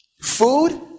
food